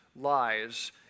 lies